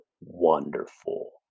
wonderful